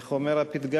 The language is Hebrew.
איך אומר הפתגם,